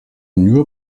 nur